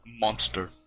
monster